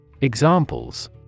Examples